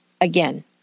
Again